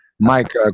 Mike